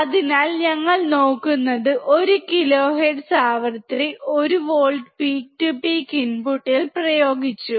അതിനാൽ ഞങ്ങൾ നോക്കുന്നത് 1 കിലോ ഹെർട്സ് ആവൃത്തി 1 വോൾട്ട് പീക്ക് ടു പീക്ക് ഇൻപുട്ടിൽ പ്രയോഗിച്ചു